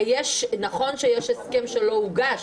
נכון שיש הסכם שלא הוגש,